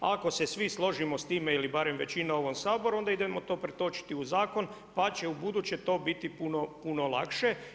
Ako se svi složimo s time ili barem većina u ovom Saboru, onda idemo to pretočiti u zakon, pa će u buduće to biti puno lakše.